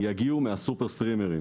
יגיעו מהסופר סטרימרים.